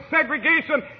segregation